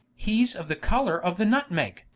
hee's of the colour of the nutmeg